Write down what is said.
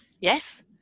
yes